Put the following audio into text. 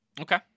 Okay